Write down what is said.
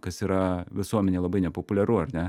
kas yra visuomenėj labai nepopuliaru ar ne